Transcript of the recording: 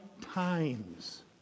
times